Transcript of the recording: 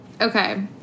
okay